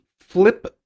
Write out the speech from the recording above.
flip